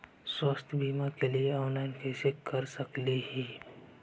स्वास्थ्य बीमा के लिए ऑनलाइन कैसे कर सकली ही?